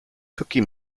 cookie